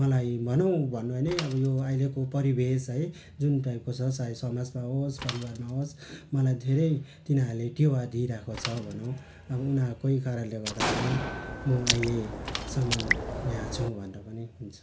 मलाई भनौँ भन्नु हो भने यो अहिले परिवेश है जुन टाइपको छ चाहे समाजमा होस् परिवारमा होस् मलाई धेरै तिनीहरूले टेवा दिइरहेको छ भनौँ अब उनीहरूकै कारणले गर्दाखेरि म अहिलेसम्म यहाँ छु भन्दा पनि हुन्छ